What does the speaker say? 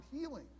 healing